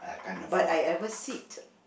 but I ever sit